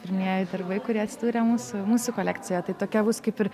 pirmieji darbai kurie atsidurė mūsų mūsų kolekcijoj tai tokia bus kaip ir